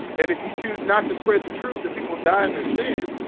and if you choose not to spread the truth and people die in their sin.